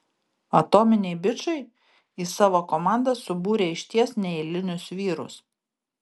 atominiai bičai į savo komandą subūrė išties neeilinius vyrus